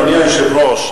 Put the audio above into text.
אדוני היושב-ראש,